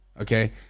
Okay